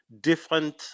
different